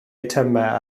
eitemau